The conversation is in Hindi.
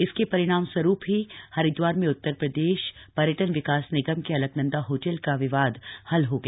इसके रिणामस्वरू ही हरिद्वार में उत्तर प्रदेश र्यटन विकास निगम के अलकनन्दा होटल का विवाद हल हो गया